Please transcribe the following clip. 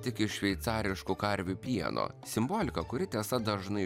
tik iš šveicariškų karvių pieno simbolika kuri tiesa dažnai